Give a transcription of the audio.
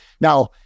Now